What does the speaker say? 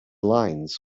lines